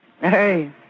Hey